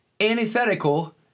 antithetical